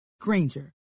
Granger